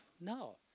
No